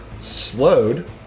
slowed